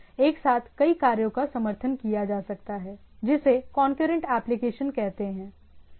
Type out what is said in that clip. एक साथ कई कार्यों का समर्थन किया जा सकता है जिसे कौनक्यूरेंट एप्लीकेशन कहते है